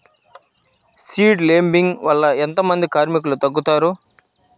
Seed లేంబింగ్ వల్ల ఎంత మంది కార్మికులు తగ్గుతారు?